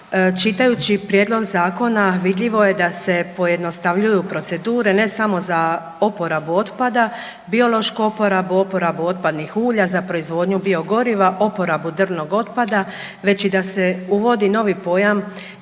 Čitajući prijedlog zakona vidljivo je da se pojednostavljuju procedure ne samo za oporabu otpada, biološku oporabu, oporabu otpadnih ulja za proizvodnju biogoriva, oporabu drvnog otpada već i da se uvodi novi pojam